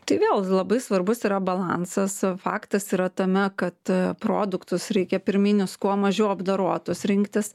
tai vėl labai svarbus yra balansas faktas yra tame kad produktus reikia pirminius kuo mažiau apdorotus rinktis